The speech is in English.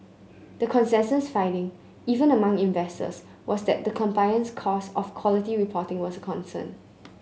the consensus finding even among investors was that the compliance cost of quality reporting was a concern